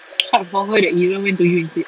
suck for her that izuan went to you instead